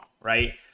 right